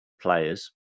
players